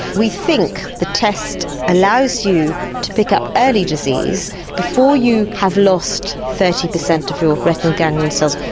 we think the test allows you to pick up early disease before you have lost thirty percent of your retinal ganglion cells.